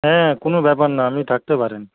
হ্যাঁ কোনো ব্যাপার না আপনি থাকতে পারেন